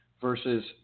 versus